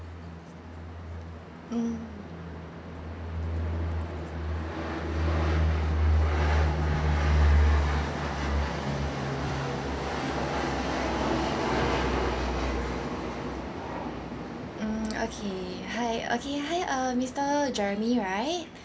mm mm okay hi okay hi uh mister jeremy right